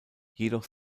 jedoch